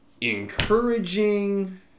encouraging